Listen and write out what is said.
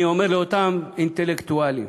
אני אומר לאותם אינטלקטואלים.